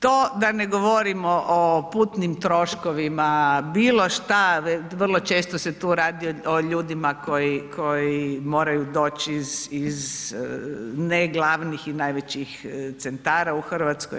To da ne govorimo o putnim troškovima, bilo što, vrlo često se tu radi o ljudima koji moraju doći iz ne glavnih i najvećih centara u Hrvatskoj.